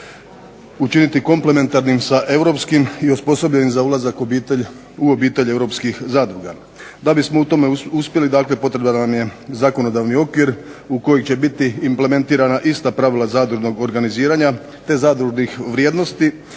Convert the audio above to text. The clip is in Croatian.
učiniti komplementarnim sa europskim i osposobljenim za ulazak u obitelj europskih zadruga. Da bismo u tome uspjeli potreban nam je zakonodavni okvir u kojem će biti implementirana ista pravila zadružnog organiziranja i zadružnih vrijednosti